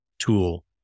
tool